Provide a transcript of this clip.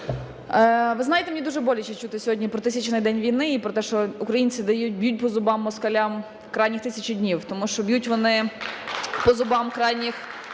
Ви знаєте, мені дуже боляче чути сьогодні про 1000-й день війни і про те, що українці дають, б'ють по зубах москалям крайніх 1000 днів, тому що б'ють вони по зубах крайніх